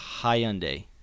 Hyundai